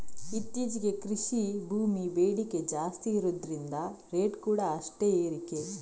ಇತ್ತೀಚೆಗೆ ಕೃಷಿ ಭೂಮಿ ಬೇಡಿಕೆ ಜಾಸ್ತಿ ಇರುದ್ರಿಂದ ರೇಟ್ ಕೂಡಾ ಅಷ್ಟೇ ಏರಿದೆ